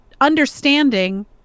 Understanding